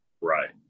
Right